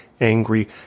angry